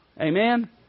Amen